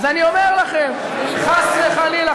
אז אני אומר לכם: חס וחלילה,